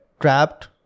trapped